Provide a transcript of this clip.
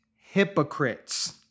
hypocrites